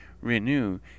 renew